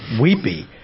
weepy